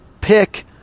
pick